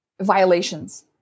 violations